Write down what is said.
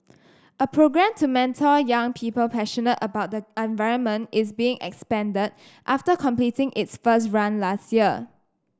a programme to mentor young people passionate about the environment is being expanded after completing its first run last year